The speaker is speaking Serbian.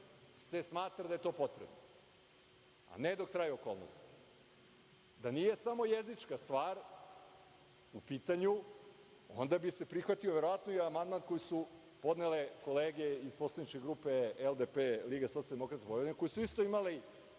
se smatra da je to potrebno, a ne dok traju okolnosti. Da nije samo jezička stvar u pitanju, onda bi se prihvatio verovatno i amandman koji su podnele kolege iz poslaničke grupe LDP i LSV, koje su isto imale